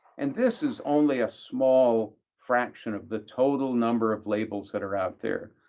and this is only a small fraction of the total number of labels that are out there.